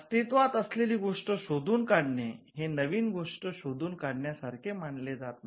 अस्तित्वात असलेली गोष्ट शोधून काढणे हे नवीन गोष्ट शोधून काढण्या सारखे मानले जात नाही